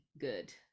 good